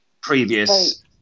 previous